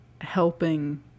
helping